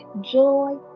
joy